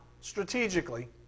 strategically